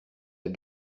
ont